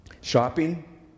Shopping